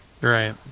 Right